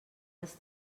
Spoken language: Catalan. les